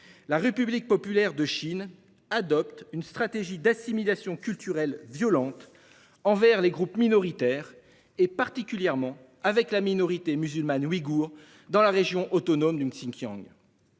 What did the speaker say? la République populaire de Chine mène une stratégie d'assimilation culturelle violente envers les groupes minoritaires, particulièrement envers la minorité musulmane ouïghoure dans la région autonome du Xinjiang.